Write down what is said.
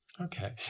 Okay